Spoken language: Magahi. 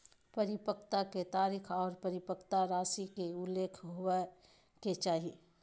परिपक्वता के तारीख आर परिपक्वता राशि के उल्लेख होबय के चाही